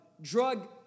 drug